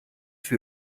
wir